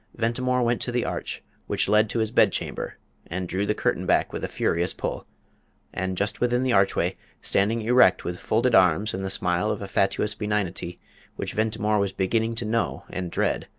ventimore went to the arch which led to his bed-chamber and drew the curtain back with a furious pull and just within the archway, standing erect with folded arms and the smile of fatuous benignity which ventimore was beginning to know and dread,